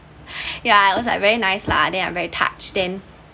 ya I was like very nice lah then I was very touched then